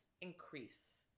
increase